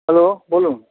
hello বলুন